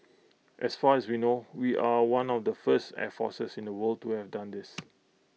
as far as we know we are one of the first air forces in the world to have done this